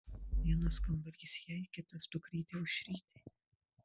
vienas kambarys jai kitas dukrytei aušrytei